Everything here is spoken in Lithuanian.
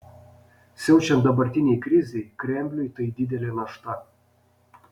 siaučiant dabartinei krizei kremliui tai didelė našta